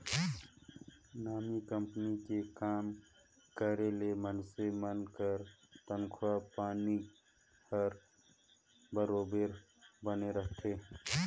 नामी कंपनी में काम करे ले मइनसे मन कर तनखा पानी हर बरोबेर बने रहथे